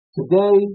Today